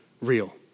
real